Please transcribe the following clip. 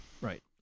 Right